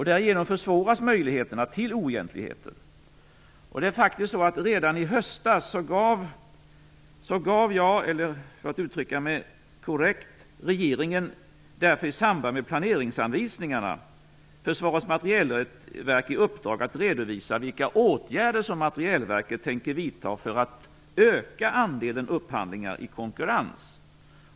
Därigenom försvåras möjligheterna till oegentligheter. Redan i höstas gav regeringen därför, i samband med planeringsanvisningarna, Försvarets materielverk i uppdrag att redovisa vilka åtgärder materielverket tänker vidta för att öka andelen upphandlingar i konkurrens.